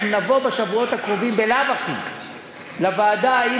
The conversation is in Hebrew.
אנחנו נבוא בשבועות הקרובים בלאו הכי לוועדה עם